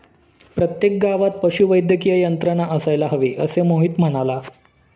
प्रत्येक गावात पशुवैद्यकीय यंत्रणा असायला हवी, असे मोहित म्हणाला